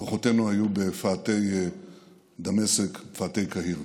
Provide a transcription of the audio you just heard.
כוחותינו היו בפאתי דמשק ובפאתי קהיר.